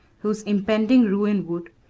whose impending ruin would,